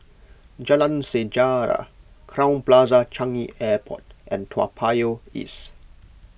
Jalan Sejarah Crowne Plaza Changi Airport and Toa Payoh East